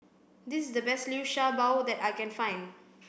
this is the best Liu Sha Bao that I can find